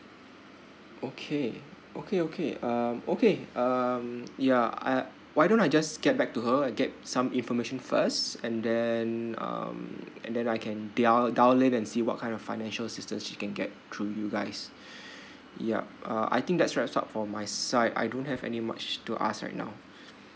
okay okay okay um okay um ya I why don't I just get back to her and get some information first and then um and then I can dia~ dial in and see what kind of financial assistance she can get through you guys yup uh I think that's wrap up for my side I don't have any much to ask right now